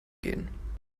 gehen